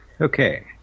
Okay